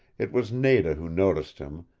it was nada who noticed him,